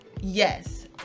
Yes